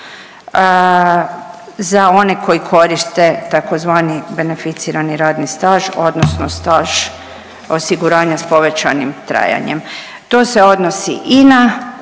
za one koji koriste tzv. beneficirani radni staž odnosno staž osiguranja s povećanim trajanjem. To se odnosi i na